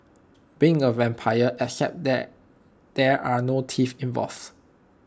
being A vampire except that there are no teeth involved